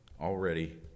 already